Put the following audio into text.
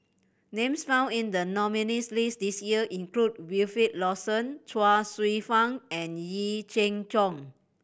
names found in the nominees' list this year include Wilfed Lawson Chuang Hsueh Fang and Yee Jenn Jong